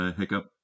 hiccup